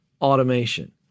automation